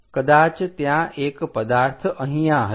કદાચ ત્યાં એક પદાર્થ અહીંયા હશે